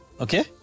Okay